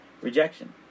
rejection